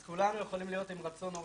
אז כולנו יכולים להיות עם רצון נורא טוב.